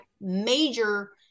major